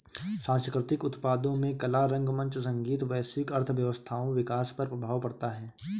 सांस्कृतिक उत्पादों में कला रंगमंच संगीत वैश्विक अर्थव्यवस्थाओं विकास पर प्रभाव पड़ता है